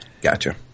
Gotcha